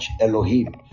elohim